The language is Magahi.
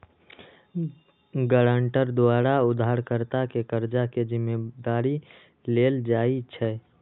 गराँटर द्वारा उधारकर्ता के कर्जा के जिम्मदारी लेल जाइ छइ